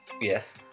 Yes